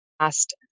last